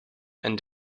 and